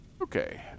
Okay